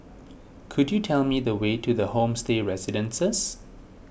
could you tell me the way to the Homestay Residences